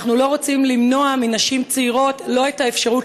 אנחנו לא רוצים למנוע מנשים צעירות את האפשרות